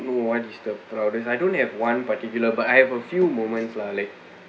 know what is the proudest I don't have one particular but I have a few moments lah like